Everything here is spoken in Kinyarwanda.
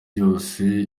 yose